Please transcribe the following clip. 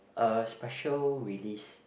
a special release